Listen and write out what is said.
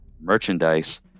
merchandise